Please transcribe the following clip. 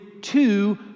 two